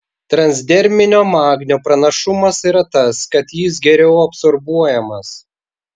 transderminio magnio pranašumas yra tas kad jis geriau absorbuojamas